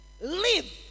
live